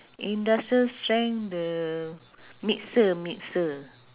industrial strength the mixer mixer